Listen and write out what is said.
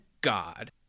God